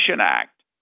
Act